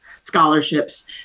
scholarships